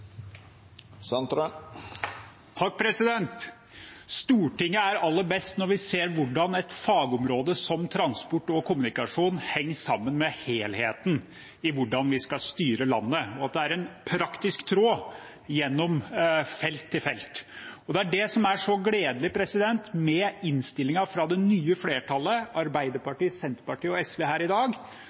kommunikasjon henger sammen med helheten i hvordan vi skal styre landet, og at det er en praktisk tråd fra felt til felt. Og det er det som er så gledelig med innstillingen fra det nye flertallet – Arbeiderpartiet, Senterpartiet og SV – her i dag,